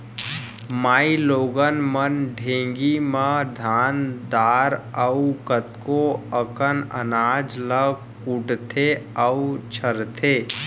माइलोगन मन ढेंकी म धान दार अउ कतको अकन अनाज ल कुटथें अउ छरथें